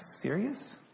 serious